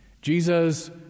Jesus